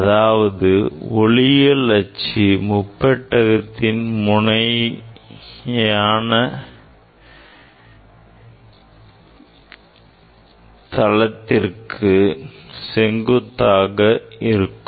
அதாவது ஒளியியல் அச்சு முப்பெட்டகத்தின் முனைகளுக்கு இணையான தளத்திற்கு செங்குத்தாக இருக்கும்